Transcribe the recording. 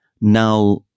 now